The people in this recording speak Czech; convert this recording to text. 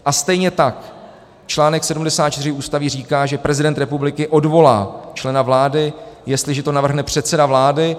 A stejně tak článek 74 Ústavy říká, že prezident republiky odvolá člena vlády, jestliže to navrhne předseda vlády.